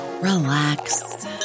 relax